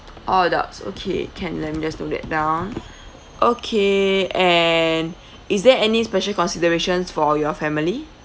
all adults okay can let me just note that down okay and is there any special considerations for your family